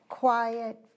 Quiet